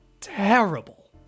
terrible